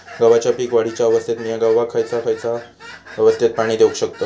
गव्हाच्या पीक वाढीच्या अवस्थेत मिया गव्हाक खैयचा खैयचा अवस्थेत पाणी देउक शकताव?